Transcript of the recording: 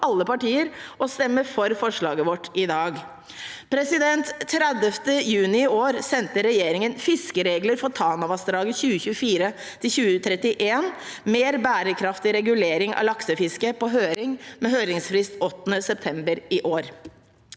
alle partier å stemme for forslaget vårt i dag. Den 30 juni i år sendte regjeringen «Fiskeregler for Tanavassdraget 2024–2031: mer bærekraftig regulering av laksefisket» på høring, med høringsfrist 8. september i år.